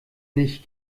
nicht